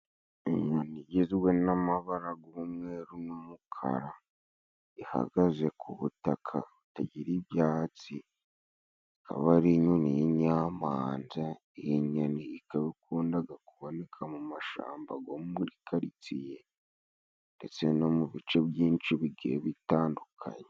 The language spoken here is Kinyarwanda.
Inyoni igizwe n'amabara g'umweru n'umukara ihagaze ku butaka butagira ibyatsiba, ikaba ari inyoni y' inyamanza ayi nyoni ikaba ikundaga kuboneka mu mashamba go muri karitsiye, ndetse no mu bice byinshi bigiye bitandukanye.